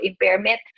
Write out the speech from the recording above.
impairment